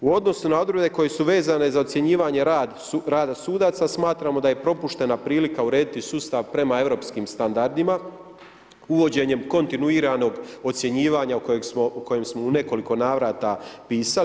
U odnosu na druge, koji su vezani za ocjenjivanje rada sudaca, smatramo da je propuštena prilika urediti sustav prema europskim standardima, uvođenjem kontinuiranog ocjenjivanja u kojem smo u nekoliko navrata pisali.